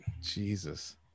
Jesus